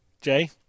Jay